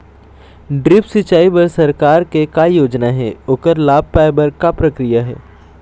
Drip सिचाई बर सरकार के का योजना हे ओकर लाभ पाय बर का प्रक्रिया हे?